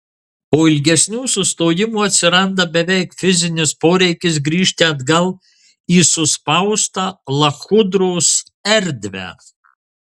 po ilgesnių sustojimų atsiranda beveik fizinis poreikis grįžti atgal į suspaustą lachudros erdvę